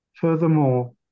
furthermore